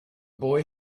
boy